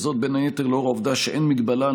בין היתר לנוכח העובדה שאין הגבלה על